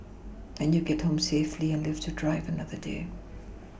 and you get home safely and live to drive another day